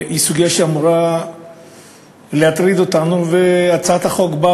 היא סוגיה שאמורה להטריד אותנו, והצעת החוק באה